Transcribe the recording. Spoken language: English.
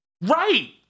Right